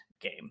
game